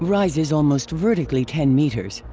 rises almost vertically ten meters,